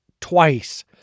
twice